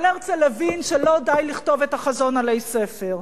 אבל הרצל הבין שלא די לכתוב את החזון עלי ספר,